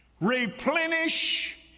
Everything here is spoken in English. replenish